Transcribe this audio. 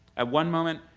at one moment,